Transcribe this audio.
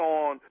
on